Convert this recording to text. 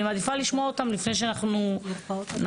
אני מעדיפה לשמוע אותם לפני שאנחנו נחווה,